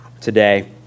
today